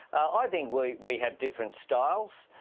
i think we we have different styles.